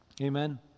Amen